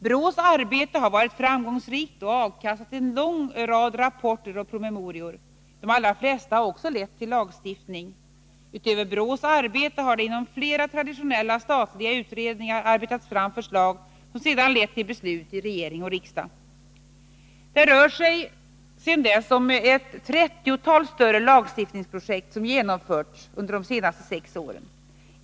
BRÅ:s arbete har varit framgångsrikt och avkastat en lång rad rapporter och promemorior. De allra flesta har också lett till lagstiftning. Utöver BRÅ:s arbete har det inom flera traditionella statliga utredningar arbetats fram förslag som sedan lett till beslut i regering och riksdag. Det rör sig om ett trettiotal större lagstiftningsprojekt som genomförts under de senaste sex åren.